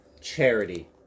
Charity